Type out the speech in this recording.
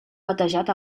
batejat